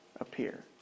appear